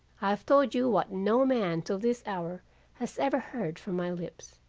i have told you what no man till this hour has ever heard from my lips,